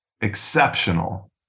exceptional